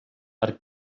per